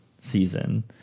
season